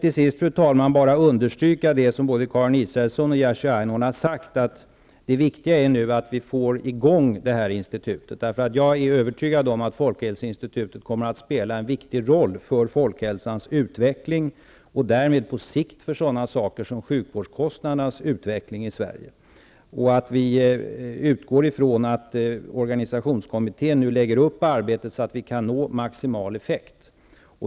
Till sist vill jag bara understryka det som både Karin Israelsson och Jerzy Einhorn sade, nämligen att det viktiga nu är att institutet kommer i gång med sin verksamhet. Jag är övertygad om att folkhälsoinstitutet kommer att spela en viktig roll för folkhälsans utveckling, och därmed på sikt för utvecklingen av t.ex. sjukvårdskostnaderna i Sverige. Vi utgår ifrån att organisationskommittén lägger upp arbetet så, att man kan nå en maximal effekt.